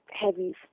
heavy